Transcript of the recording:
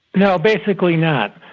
no, basically not.